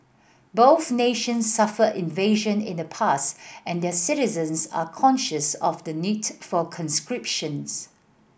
both nations suffered invasion in the past and their citizens are conscious of the need for conscription's